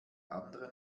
anderen